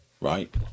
right